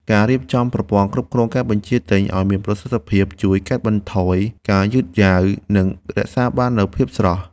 ការរៀបចំប្រព័ន្ធគ្រប់គ្រងការបញ្ជាទិញឱ្យមានប្រសិទ្ធភាពជួយកាត់បន្ថយការយឺតយ៉ាវ និងរក្សាបាននូវភាពស្រស់។